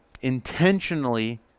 intentionally